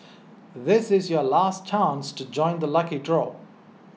this is your last chance to join the lucky draw